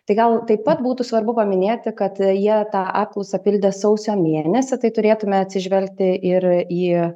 tai gal taip pat būtų svarbu paminėti kad jie tą apklausą pildė sausio mėnesį tai turėtume atsižvelgti ir į